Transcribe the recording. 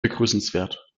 begrüßenswert